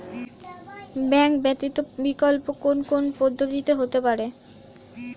Bank ব্যতীত বিকল্প কোন কোন পদ্ধতিতে হতে পারে?